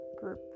group